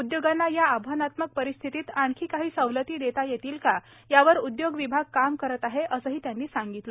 उदयोगांना या आव्हानात्मक परिस्थितीत आणखी काही सवलती देता येतील का यावर उद्योग विभाग काम करत आहे असं त्यांनी सांगितलं